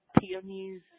peonies